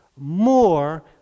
more